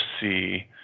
see